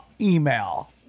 email